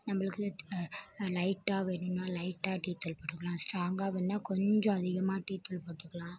நம்மளுக்கு லைட்டாக வேணும்னால் லைட்டாக டீத்தூள் போட்டுக்கலாம் ஸ்ட்ராங்காக வேணும்னால் கொஞ்சம் அதிகமாக டீத்தூள் போட்டுக்கலாம்